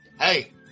hey